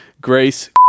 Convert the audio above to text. grace